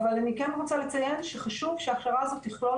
אבל אני כן רוצה לציין שחשוב שההכשרה הזו תכלול